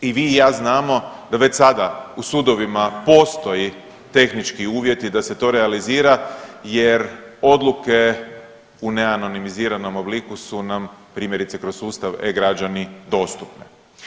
I vi i ja znamo da već sada u sudovima postoji tehnički uvjeti da se to realizira jer odluke u neanonimiziranom obliku su nam primjerice kroz sustav e-građani dostupne.